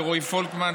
לרועי פולקמן,